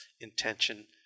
intention